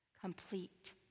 complete